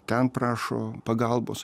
ten prašo pagalbos